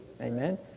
amen